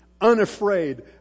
unafraid